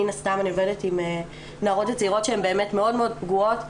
מתן הסתם אני עובדת עם נערות וצעירות שהן באמת מאוד מאוד פגועות.